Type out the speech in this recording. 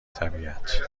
طبیعت